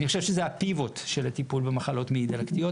אני חושב שזו הפיבוט של הטיפול במחלות מעי קלתיות,